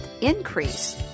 increase